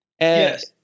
Yes